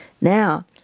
now